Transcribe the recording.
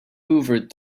hoovered